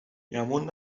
گمون